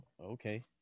Okay